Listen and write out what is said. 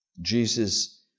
Jesus